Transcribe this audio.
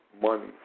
money